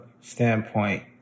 standpoint